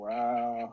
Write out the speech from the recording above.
Wow